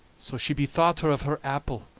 so she bethought her of her apple,